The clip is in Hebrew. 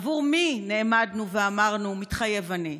עבור מי נעמדנו ואמרנו "מתחייב אני"